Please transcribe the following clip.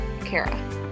Kara